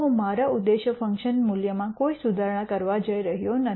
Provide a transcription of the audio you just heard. હું મારા ઉદ્દેશ્ય ફંકશન મૂલ્યમાં કોઈ સુધારણા કરવા જઇ રહ્યો નથી